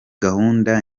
gahunda